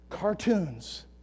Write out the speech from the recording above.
Cartoons